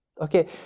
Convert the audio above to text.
okay